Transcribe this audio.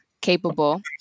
capable